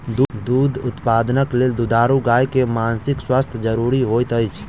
दूध उत्पादनक लेल दुधारू गाय के मानसिक स्वास्थ्य ज़रूरी होइत अछि